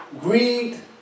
Greed